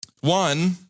One